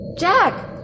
Jack